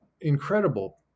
incredible